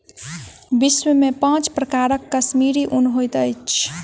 विश्व में पांच प्रकारक कश्मीरी ऊन होइत अछि